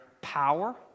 power